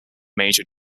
major